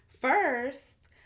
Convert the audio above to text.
first